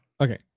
Okay